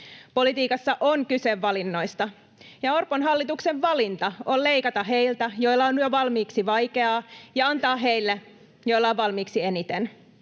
Politiikassa on kyse valinnoista, ja Orpon hallituksen valinta on leikata heiltä, joilla on valmiiksi vaikeaa, ja antaa heille, joilla on valmiiksi eniten.